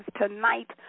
tonight